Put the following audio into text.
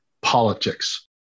politics